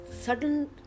sudden